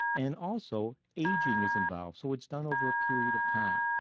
and also, aging is involved, so it's done over a period of time.